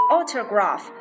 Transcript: Autograph